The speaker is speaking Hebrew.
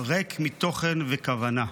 ריק מתוכן וכוונה.